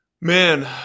Man